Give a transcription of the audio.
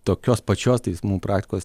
tokios pačios teismų praktikos